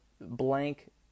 blank